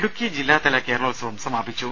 ഇടുക്കി ജില്ലാതല കേരളോത്സവം സമാപിച്ചു